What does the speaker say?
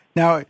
now